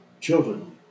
children